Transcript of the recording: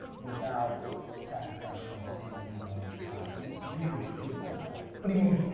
without sacrificing your sanity and all your time? do you do you even think about that? what do you mean?